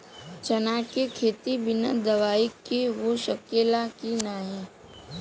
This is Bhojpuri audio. चना के खेती बिना दवाई के हो सकेला की नाही?